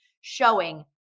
showing